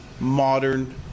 modern